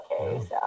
Okay